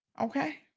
Okay